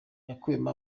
yakuwemo